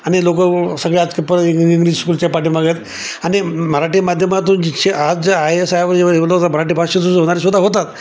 आणि लोक सगळे आजकाल परत इं इं इंग्लिश स्कुलच्या पाठीमागं आहेत आणि मराठी माध्यमातून जे आज ज आय एस आय मराठी भाषेचा होणारेसुद्धा होतात